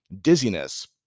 dizziness